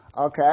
Okay